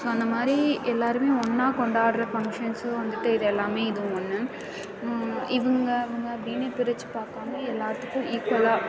so அந்த மாதிரி எல்லோருமே ஒன்னாக கொண்டாடுற ஃபங்க்ஷன்ஸும் வந்துட்டு இது எல்லாம் இதுவும் ஒன்று இவங்க அவங்க அப்படின்னு பிரித்து பார்க்காம எல்லாத்துக்கும் ஈக்வலாக